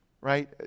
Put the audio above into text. right